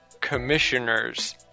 commissioners